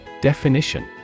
Definition